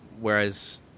Whereas